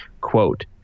Quote